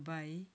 Dubai